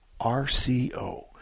RCO